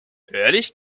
ehrlich